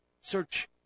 Search